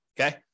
Okay